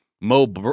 Mo